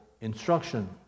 instruction